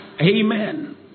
amen